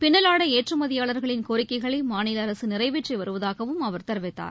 பின்னலாடைஏற்றுமதியாளர்களின் கோரிக்கைகளைமாநிலஅரசுநிறைவேற்றிவருவதாகவும் அவர் தெரிவித்தார்